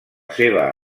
seva